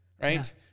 right